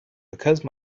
because